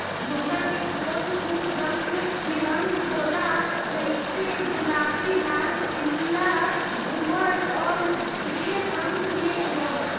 घोंघा के खोल खूब रंग बिरंग होला जइसे गुलाबी, लाल, पीला, भूअर अउर ढेर रंग में होला